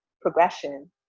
progression